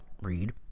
read